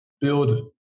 build